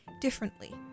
differently